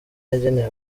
yageneye